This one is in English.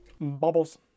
Bubbles